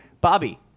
Bobby